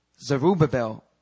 Zerubbabel